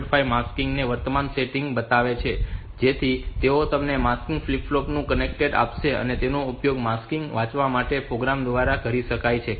5 માટે માસ્ક ની વર્તમાન સેટિંગ બતાવે છે જેથી તેઓ તમને માસ્ક ફ્લિપ ફ્લોપ નું કન્ટેન્ટ આપશે અને તેનો ઉપયોગ માસ્ક સેટિંગ ને વાંચવા માટે પ્રોગ્રામ દ્વારા કરી શકાય છે